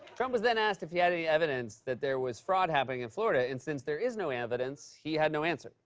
trump was then asked if he had any evidence that there was fraud happening in florida. and since there is no evidence, he had no answer.